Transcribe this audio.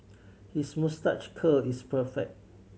his moustache curl is perfect